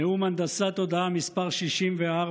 נאום הנדסת תודעה מס' 64,